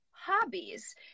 Hobbies